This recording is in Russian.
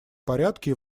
порядке